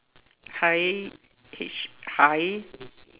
hai H hai